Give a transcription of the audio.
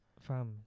Fam